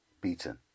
beaten